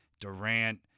Durant